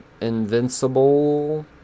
Invincible